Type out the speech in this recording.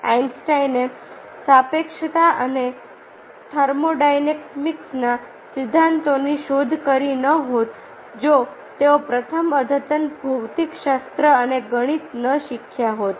આઈન્સ્ટાઈને સાપેક્ષતા અને થર્મોડાયનેમિક્સના સિદ્ધાંતોની શોધ કરી ન હોત જો તેઓ પ્રથમ અદ્યતન ભૌતિકશાસ્ત્ર અને ગણિત ન શીખ્યા હોત